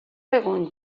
egun